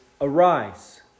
arise